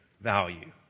value